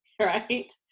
Right